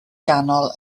ganol